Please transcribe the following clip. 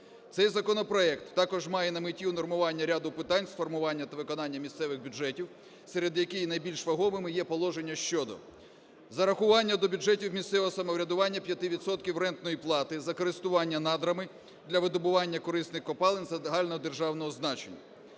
Цей законопроект також має на меті унормування ряду питань з формування та виконання місцевих бюджетів, серед яких найбільш вагомими є положення щодо зарахування до бюджетів місцевого самоврядування 5 відсотків рентної плати за користування надрами для видобування корисних копалин загальнодержавного значення,